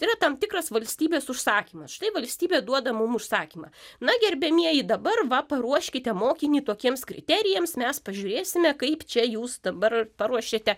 tai yra tam tikras valstybės užsakymas štai valstybė duoda mum užsakymą na gerbiamieji dabar va paruoškite mokinį tokiems kriterijams mes pažiūrėsime kaip čia jūs dabar paruošėte